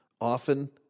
often